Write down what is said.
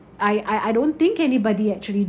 I I I don't think anybody actually